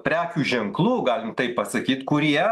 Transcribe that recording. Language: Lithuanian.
prekių ženklų galim taip pasakyt kurie